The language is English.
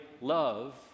love